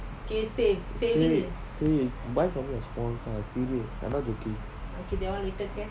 buy for me spons~ ah serious I'm not joking